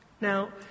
Now